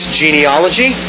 genealogy